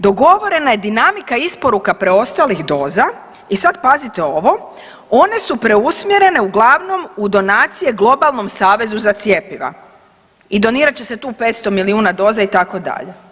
Dogovorena je dinamika isporuka preostalih doza i sad pazite ovo, one su preusmjerene uglavnom u donacije globalnom savezu za cjepiva i donirat će se tu 500 milijuna doza itd.